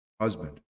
husband